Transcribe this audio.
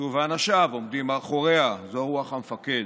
כי הוא ואנשיו עומדים מאחוריה, זו רוח המפקד?